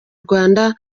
rwanda